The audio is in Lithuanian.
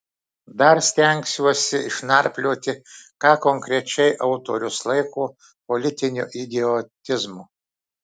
dar stengsiuosi išnarplioti ką konkrečiai autorius laiko politiniu idiotizmu